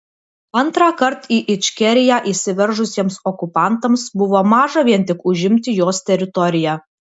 antrąkart į ičkeriją įsiveržusiems okupantams buvo maža vien tik užimti jos teritoriją